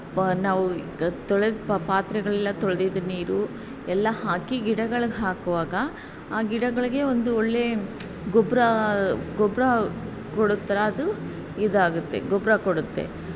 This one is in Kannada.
ನಾವು ತೊಳೆದ ಪಾತ್ರೆಗಳೆಲ್ಲಾ ತೊಳ್ದಿದ್ದ ನೀರು ಎಲ್ಲ ಹಾಕಿ ಗಿಡಗಳ್ಗೆ ಹಾಕುವಾಗ ಆ ಗಿಡಗಳಿಗೆ ಒಂದು ಒಳ್ಳೆಯ ಗೊಬ್ಬರ ಗೊಬ್ಬರ ಕೊಡೋ ಥರ ಅದು ಇದಾಗುತ್ತೆ ಗೊಬ್ಬರ ಕೊಡುತ್ತೆ